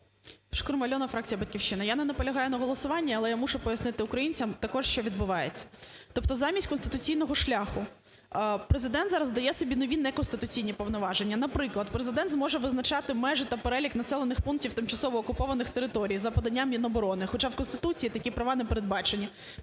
Шкрум Альона, фракція "Батьківщина". Я не наполягаю на голосуванні, але мушу пояснити українцям також, що відбувається. Тобто замість конституційного шляху Президент зараз дає собі нові неконституційні повноваження. Наприклад, Президент може визначати межі та перелік населених пунктів тимчасово окупованих територій за поданням Міноборони, хоча в Конституції такі права не передбачені.